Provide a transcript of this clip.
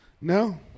No